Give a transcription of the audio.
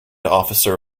officer